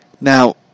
Now